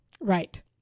Right